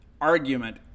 argument